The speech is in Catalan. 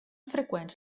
freqüents